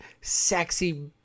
sexy